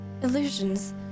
Illusions